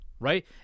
Right